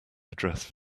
address